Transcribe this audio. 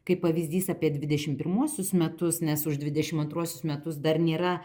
kaip pavyzdys apie dvidešim pirmuosius metus nes už dvidešimt antruosius metus dar nėra